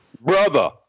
brother